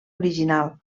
original